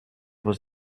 was